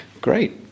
great